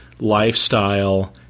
lifestyle